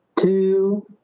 two